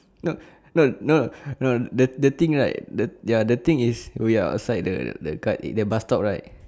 not no no no the the thing right the ya the thing is we are outside the the guard in the bus stop right